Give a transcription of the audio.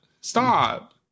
Stop